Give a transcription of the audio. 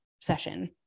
session